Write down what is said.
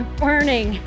burning